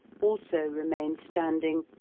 also remained standing,